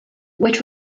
which